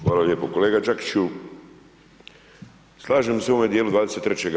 Hvala lijepo, kolega Đakiću slažem se u ovome dijelu 23.